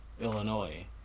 Illinois